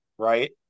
right